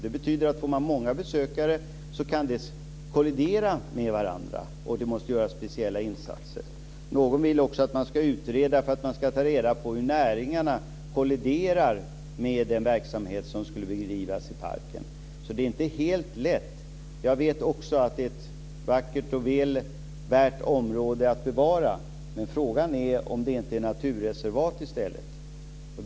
Det betyder att om man får många besökare kan de olika sakerna kollidera med varandra och då måste det göras speciella insatser. Någon ville ha en utredning för att ta reda på hur näringarna kolliderar med den verksamhet som skulle bedrivas i parken. Det är alltså inte helt lätt. Jag vet också att det är ett vackert område som det är väl värt att bevara men frågan är om det inte ska vara naturreservat i stället.